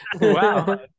Wow